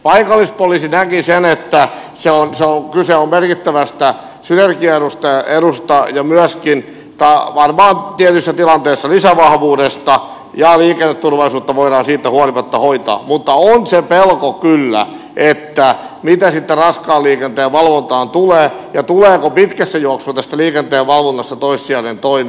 paikallispoliisi näki että kyse on merkittävästä synergiaedusta ja myöskin varmaan tietyssä tilanteessa lisävahvuudesta ja liikenneturvallisuutta voidaan siitä huolimatta hoitaa mutta on kyllä se pelko että mitä sitten raskaan liikenteen valvonnasta tulee ja tuleeko pitkässä juoksussa tästä liikenteenvalvonnasta toissijainen toimi